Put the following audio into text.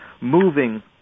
moving